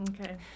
Okay